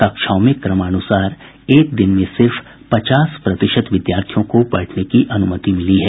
कक्षाओं में क्रमानुसार एक दिन में सिर्फ पचास प्रतिशत विद्यार्थियों को बैठने की अनुमति मिली है